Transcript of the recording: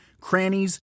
crannies